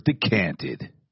decanted